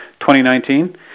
2019